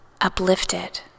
uplifted